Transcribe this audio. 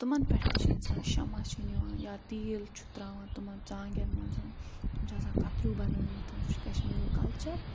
تِمَن پٮ۪ٹھ تہِ چھِ اِنسان شمع چھِ نِوان یا تیٖل چھُ ترٛاوان تِمَن ژانٛگٮ۪ن منٛزَن تِم چھِ آسان کَتریوٗ بنٲیِتھ سُہ چھُ کَشمیٖرُک کلچَر